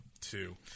Two